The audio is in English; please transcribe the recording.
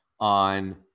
on